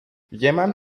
jemand